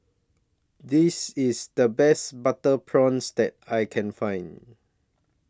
This IS The Best Butter Prawns that I Can Find